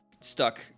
stuck